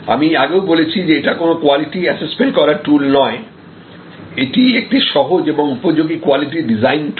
আমি আগেও বলেছি যে এটা কোন কোয়ালিটি অ্যাসেসমেন্ট করার টুল নয় এটা একটা সহজ এবং উপযোগী কোয়ালিটি ডিজাইন টুল